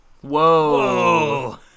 whoa